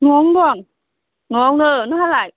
न'आवनो दं न'आवनो नोंहालाय